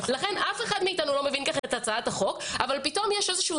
לכן אף אחד מאתנו לא מבין כך את הצעת החוק אבל פתאום יש איזשהו